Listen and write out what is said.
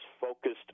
focused